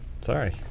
Sorry